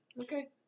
Okay